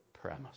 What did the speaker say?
premise